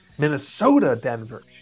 Minnesota-Denver